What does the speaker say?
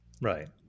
right